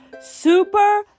Super